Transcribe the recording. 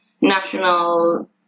national